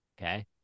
okay